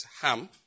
Ham